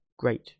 Great